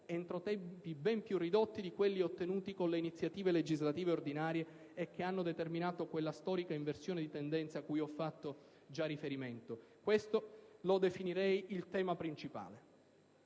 attuali, consolidando i risultati ottenuti con le iniziative legislative ordinarie, che hanno determinato quella storica inversione di tendenza cui ho fatto già riferimento: questo lo definirei il tema principale.